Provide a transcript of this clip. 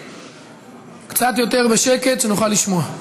קצת יותר בשקט, שנוכל לשמוע.